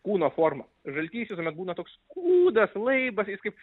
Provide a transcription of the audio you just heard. kūno forma žaltys visuomet būna toks kūdas laibas jis kaip